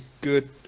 good